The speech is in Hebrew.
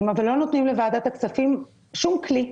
אבל לא נותנים לוועדת הכספים שום כלי.